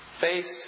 Faced